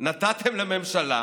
נתתם לממשלה